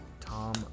Tom